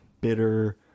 bitter